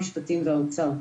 משפטים והאוצר,